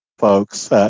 folks